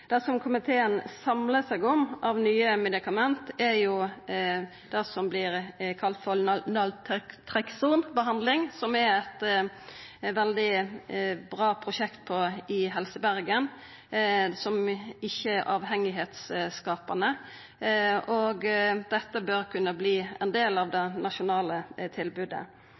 Det som komiteen samlar seg om av nye medikament, er det som vert kalla for naltreksonbehandling, som er eit veldig bra prosjekt i Helse Bergen, som ikkje er vanedannande, og dette bør kunna verta ein del av det nasjonale tilbodet.